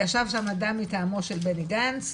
ישב שם אדם מטעמו של בני גנץ,